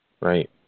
right